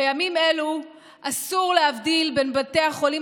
בימים אלו אסור להבדיל בין בתי החולים